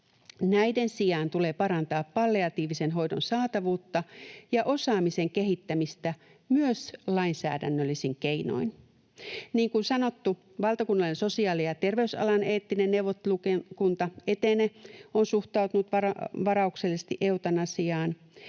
Näiden sijaan tulee parantaa palliatiivisen hoidon saatavuutta ja osaamisen kehittämistä myös lainsäädännöllisin keinoin. Niin kuin sanottu, valtakunnallinen sosiaali- ja terveysalan eettinen neuvottelukunta ETENE on suhtautunut varauksellisesti eutanasiaan,